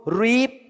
reap